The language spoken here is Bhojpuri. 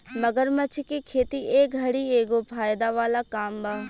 मगरमच्छ के खेती ए घड़ी के एगो फायदा वाला काम बा